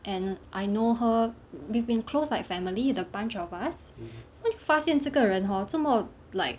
and I know her we've been closed like family the bunch of us then 我就发现这个人 hor 做么 like